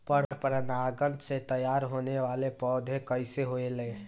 पर परागण से तेयार होने वले पौधे कइसे होएल?